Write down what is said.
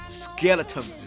skeleton 。